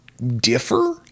Differ